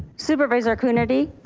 supervisor coonerty.